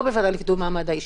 לא בוועדה לקידום מעמד האישה,